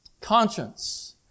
Conscience